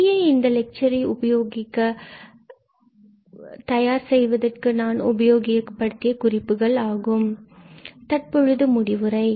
இவையே இந்த லெக்சர் ஐ தயார் செய்வதற்கு நாம் உபயோகப்படுத்திய குறிப்புகள் ஆகும் தற்பொழுது முடிவுரை